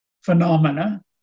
phenomena